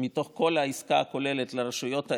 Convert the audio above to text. מתוך כל העסקה הכוללת לרשויות האלה,